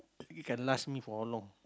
it can last for a long